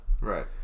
Right